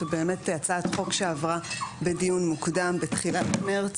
זו באמת הצעת חוק שעברה בדיון מוקדם בתחילת מרץ,